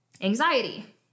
anxiety